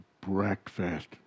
Breakfast